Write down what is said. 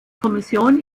kommission